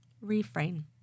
Refrain